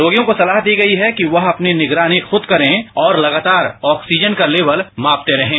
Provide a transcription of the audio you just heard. रोगियों को सलाह दी गई है कि वह अपनी निगरानी खूद करें और लगातार ऑक्सीजन का लेवल मापते रहें